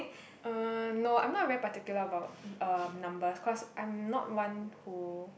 uh no I'm not very particular about um numbers cause I'm not one who